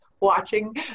Watching